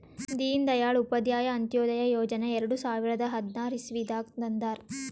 ದೀನ್ ದಯಾಳ್ ಉಪಾಧ್ಯಾಯ ಅಂತ್ಯೋದಯ ಯೋಜನಾ ಎರಡು ಸಾವಿರದ ಹದ್ನಾರ್ ಇಸ್ವಿನಾಗ್ ತಂದಾರ್